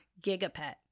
gigapet